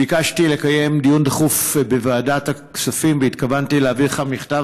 ביקשתי לקיים דיון דחוף בוועדת הכספים והתכוונתי להעביר לך מכתב,